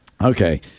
Okay